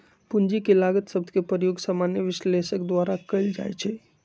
पूंजी के लागत शब्द के प्रयोग सामान्य विश्लेषक द्वारा कएल जाइ छइ